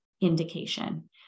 indication